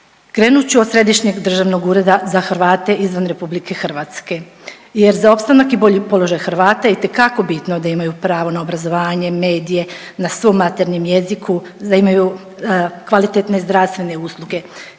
Krenut ću od Središnjeg državnog ureda za Hrvate izvan RH jer za opstanak i bolji položaj Hrvata itekako bitno da imaju pravo na obrazovanje, medije, na svom materinjem jeziku, da imaju kvalitetne zdravstvene usluge.